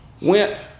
went